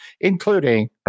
including